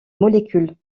molécules